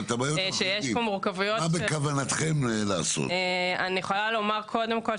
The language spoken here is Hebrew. יש פה מורכבויות --- מה בכוונתכם לעשות?